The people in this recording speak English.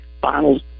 finals